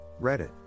Reddit